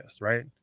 right